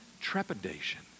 trepidation